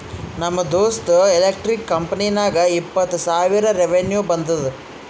ನಮ್ ದೋಸ್ತ್ದು ಎಲೆಕ್ಟ್ರಿಕ್ ಕಂಪನಿಗ ಇಪ್ಪತ್ತ್ ಸಾವಿರ ರೆವೆನ್ಯೂ ಬಂದುದ